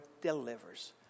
delivers